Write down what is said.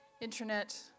Internet